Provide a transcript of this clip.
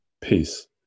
peace